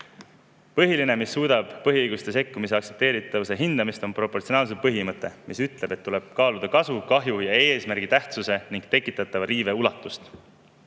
Põhiline, mis suunab põhiõigustesse sekkumise aktsepteeritavuse hindamist, on proportsionaalsuse põhimõte, mis ütleb, et tuleb kaaluda kasu, kahju ja eesmärgi tähtsuse ning tekitatava riive ulatust.